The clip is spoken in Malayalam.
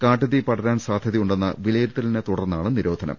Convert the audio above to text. കാട്ടുതീ പടരാൻ സാധ്യതയുണ്ടെന്ന വിലയിരുത്തലിനെ തുടർന്നാണ് നിരോധനം